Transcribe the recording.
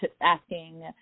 asking